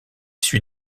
suit